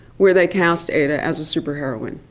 where they cast ada as a superheroine.